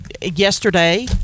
yesterday